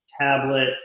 tablet